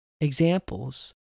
examples